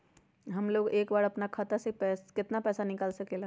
हमलोग एक बार में अपना खाता से केतना पैसा निकाल सकेला?